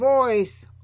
voice